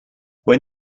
when